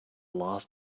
last